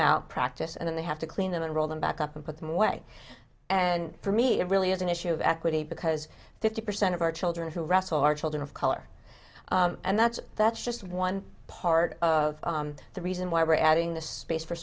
out practice and then they have to clean them and roll them back up and put them away and for me it really is an issue of equity because fifty percent of our children who wrestle are children of color and that's that's just one part of the reason why we're adding the space for